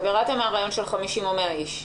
כלומר ירדתם מהרעיון של 50 או 100 איש.